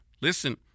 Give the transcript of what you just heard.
listen